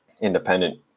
independent